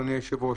אדוני היושב-ראש,